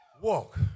Walk